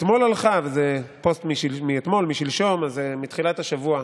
וזה פוסט מאתמול, משלשום, זה מתחילת השבוע.